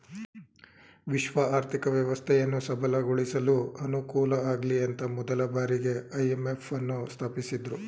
ವಿಶ್ವ ಆರ್ಥಿಕ ವ್ಯವಸ್ಥೆಯನ್ನು ಸಬಲಗೊಳಿಸಲು ಅನುಕೂಲಆಗ್ಲಿಅಂತ ಮೊದಲ ಬಾರಿಗೆ ಐ.ಎಂ.ಎಫ್ ನ್ನು ಸ್ಥಾಪಿಸಿದ್ದ್ರು